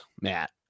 Matt